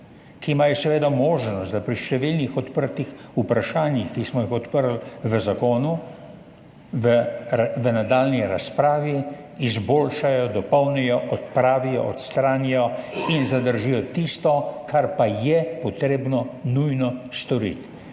ki imajo seveda možnost, da pri številnih odprtih vprašanjih, ki smo jih odprli v zakonu, v nadaljnji razpravi izboljšajo, dopolnijo, odpravijo, odstranijo in zadržijo tisto, kar pa je treba nujno storiti.